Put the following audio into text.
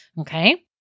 Okay